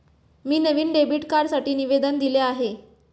मी नवीन डेबिट कार्डसाठी निवेदन दिले आहे